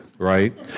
right